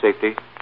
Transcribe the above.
safety